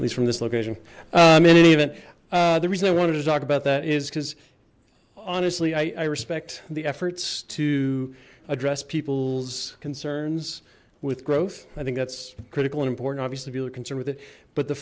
please from this location i'm in any event the reason i wanted to talk about that is because honestly i i respect the efforts to address people's concerns with growth i think that's critical and important obviously people are concerned with it but the